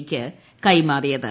ക്ക് കൈമാറിയത്